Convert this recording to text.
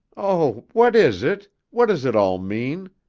oh! what is it? what does it all mean?